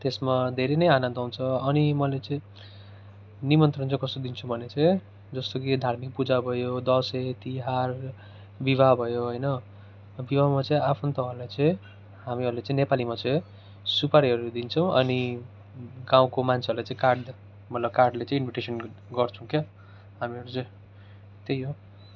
त्यसमा धेरै नै आनन्द आउँछ अनि मैले चाहिँ निमन्त्रण चाहिँ कसरी दिन्छु भने चाहिँ जस्तो कि धार्मिक पूजा भयो दसैँ तिहार विवाह भयो होइन विवाहमा चाहिँ आफन्तहरूलाई चाहिँ हामीहरूले चाहिँ नेपालीमा चाहिँ सुपारीहरू दिन्छौँ अनि गाउँको मान्छेहरूलाई चाहिँ कार्ड मतलब कार्डले चाहिँ इन्भिटेसन गर्छौँ क्या हामीहरू चाहिँ त्यही हो